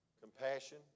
Compassion